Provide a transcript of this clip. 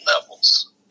levels